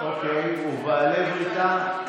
אוקיי, "ובעלי בריתה"